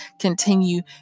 continue